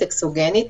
אקסוגנית,